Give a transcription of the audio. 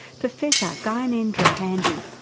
professor gyanendra pandey,